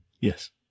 Yes